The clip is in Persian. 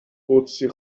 قدسی